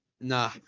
Nah